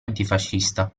antifascista